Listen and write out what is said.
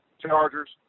Chargers